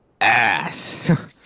ass